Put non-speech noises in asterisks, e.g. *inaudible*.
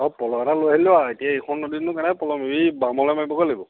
*unintelligible* পলহ এটা লৈ আহিলেও আহ এতিয়া এইখন নদীতনো কেনেকৈ পলহ মাৰিবি এই বামলৈ মাৰিবগৈ লাগিব